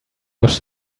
wash